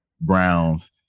Browns